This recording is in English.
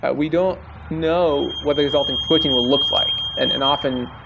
ah we don't know what the resulting protein will look like. and and often,